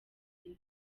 cyane